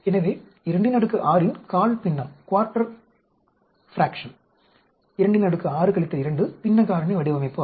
எனவே 26 இன் கால் பின்னம் 26 2 பின்ன காரணி வடிவமைப்பு ஆகும்